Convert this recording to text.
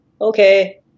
Okay